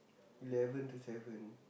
eleven to seven